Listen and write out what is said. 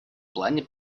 плане